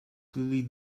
clearly